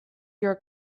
your